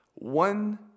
One